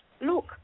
look